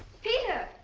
peter.